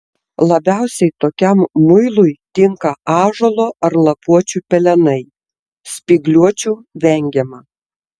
labiausiai tokiam muilui tinka ąžuolo ar lapuočių pelenai spygliuočių vengiama